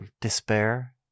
despair